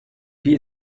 wie